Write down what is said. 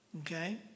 Okay